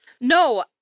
No